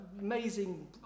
amazing